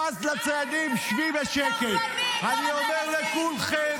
--- חברת הכנסת דיסטל, אני קורא אותך לסדר.